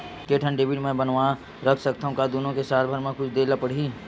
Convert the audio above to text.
के ठन डेबिट मैं बनवा रख सकथव? का दुनो के साल भर मा कुछ दे ला पड़ही?